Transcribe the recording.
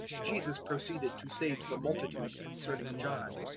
jesus proceeded to say to the multitude concerning john,